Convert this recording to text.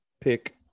pick